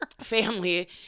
family